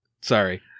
Sorry